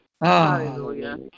Hallelujah